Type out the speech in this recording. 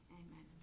amen